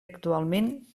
actualment